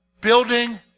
Building